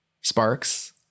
Sparks